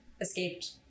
escaped